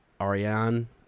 Ariane